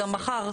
גם מחר.